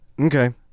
Okay